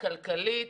כלכלית,